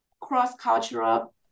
cross-cultural